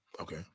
Okay